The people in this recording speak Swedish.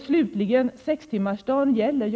Slutligen: Sextimmarsdagen gäller.